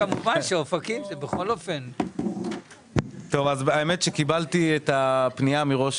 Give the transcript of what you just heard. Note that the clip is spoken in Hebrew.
אופקים זה בכל אופן -- האמת שקיבלתי את הפנייה מראש